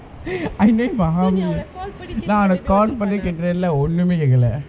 I know him for how many நா அவன:naa avana call பண்ணி கேட்டுற இல்ல ஒன்னுமே கேக்கல:panni kaettura illa onnumae kaekkala